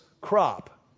crop